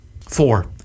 Four